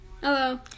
Hello